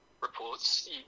reports